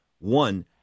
one